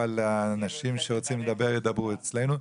אבל האנשים שרוצים לדבר ידברו אצלנו.